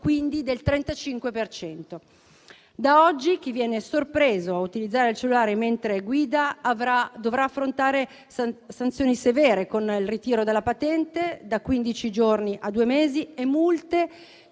quindi del 35 per cento. Da oggi chi viene sorpreso a utilizzare il cellulare mentre guida dovrà affrontare sanzioni severe, con il ritiro della patente da quindici giorni a due mesi, e multe